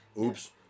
Oops